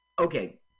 Okay